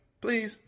Please